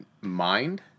mind